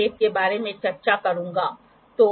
तो आपके पास प्लस और माइनस हो सकते हैं